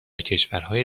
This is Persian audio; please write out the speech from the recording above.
کشورهای